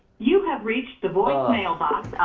you have reached the voicemail box